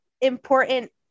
important